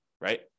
right